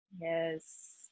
yes